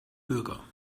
bürger